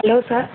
hello sir